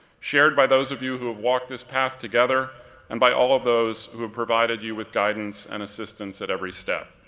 shared by those of you who have walked this path together and by all of those who have provided you with guidance and assistance at every step.